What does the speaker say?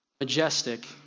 majestic